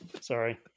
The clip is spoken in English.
sorry